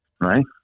right